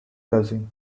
cousin